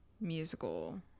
musical